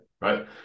right